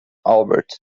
albert